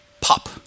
pop